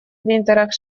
принтерах